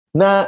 na